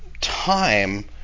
time